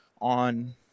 on